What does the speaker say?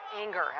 anger